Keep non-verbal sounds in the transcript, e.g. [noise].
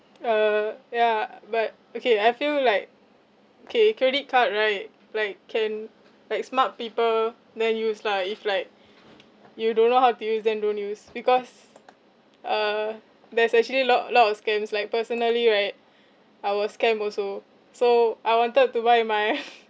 uh ya but okay I feel like okay credit card right like can like smart people then use lah if like you don't know how to use then don't use because uh there's actually lot lot of scams like personally right I was scammed also so I wanted to buy my [laughs]